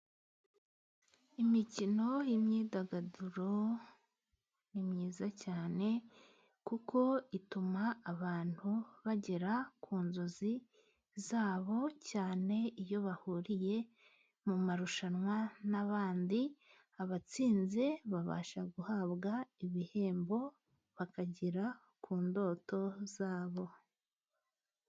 Imikino, imyidagaduro ni myiza cyane kuko ituma abantu bagera ku nzozi zabo, cyane iyo bahuriye mu marushanwa n'abandi, abatsinze babasha guhabwa ibihembo bakagera ku ndoto zabo.